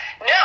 no